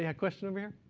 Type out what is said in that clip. yeah question over here?